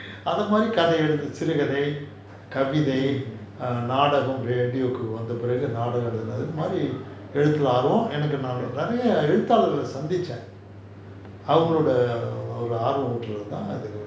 அத மாரி கத எழுதுறது சிறு கதை கவிதை நாடகம்:atha maari kadha ezhuthurathu siru kadhai kavaithai nadagam radio கு வந்த அப்புறம் நாடகம் எழுதுவது ஆர்வம் இது மாரி நான் நெறய எழுத்தாளர்களை சந்திச்சேன் அவங்களோட ஆர்வம் ஊடுறது தான்:ku vantha appuram naadagam ezhuthunathu aarvam ithu maari naan neraya ezhuthaalargalai santhichaen aavangaloda aarvam udurathu thaan